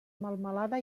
melmelada